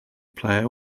player